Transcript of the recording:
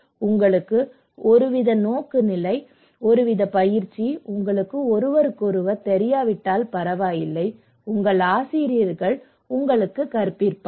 உங்களுக்கு ஒருவித நோக்குநிலை ஒருவித பயிற்சி உங்களுக்கு ஒருவருக்கொருவர் தெரியாவிட்டால் பரவாயில்லை உங்கள் ஆசிரியர்கள் உங்களுக்கு கற்பிப்பார்கள்